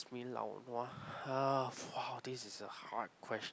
what makes me lao nua ah this is a hard question